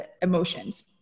emotions